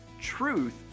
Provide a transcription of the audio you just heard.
Truth